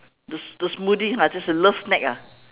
the the smoothie ah just a love snack ah